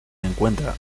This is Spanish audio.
encuentra